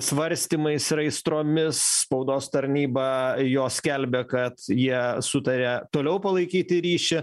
svarstymais ir aistromis spaudos tarnyba jo skelbia kad jie sutarė toliau palaikyti ryšį